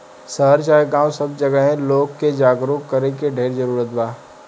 शहर चाहे गांव सब जगहे लोग के जागरूक करे के ढेर जरूरत बा